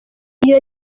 iyo